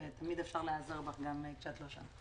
ותמיד אפשר להיעזר בך גם כשאת לא כאן,